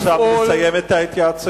אפשר לסיים שם את ההתייעצויות?